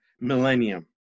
millennium